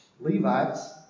Levites